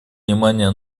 внимание